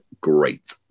great